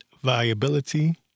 viability